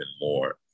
more